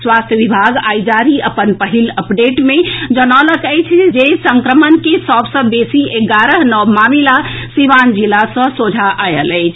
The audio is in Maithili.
स्वास्थ्य विभाग आई जारी अपन पहिल अपडेट मे जनौलक अछि जे संक्रमण के सभ सॅ बेसी एगारह नव मामिला सीवान जिला मे सोझा आएल अछि